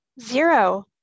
Zero